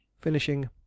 finishing